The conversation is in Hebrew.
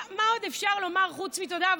מה עוד אפשר לומר חוץ מתודה?